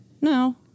No